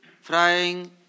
frying